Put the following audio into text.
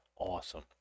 awesome